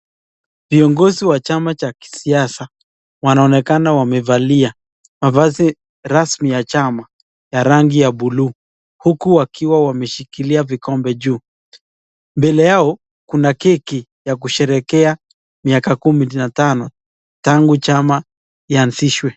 Viongozi wa chama cha kisiasa, wanaonekana wamevalia mavazi rasmi ya chama ya rangi ya buluu huku wakiwa wameshikilia vikombe juu, mbele yao kuna keki ya kusherekea miaka kumi na tano tangu chama ianzishwe.